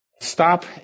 Stop